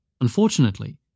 Unfortunately